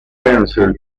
pencil